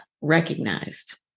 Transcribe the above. recognized